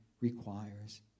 requires